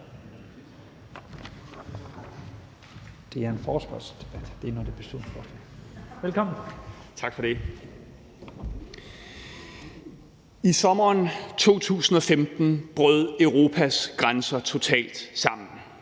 I sommeren 2015 brød Europas grænser totalt sammen.